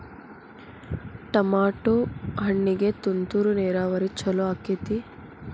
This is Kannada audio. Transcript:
ಟಮಾಟೋ ಹಣ್ಣಿಗೆ ತುಂತುರು ನೇರಾವರಿ ಛಲೋ ಆಕ್ಕೆತಿ?